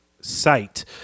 site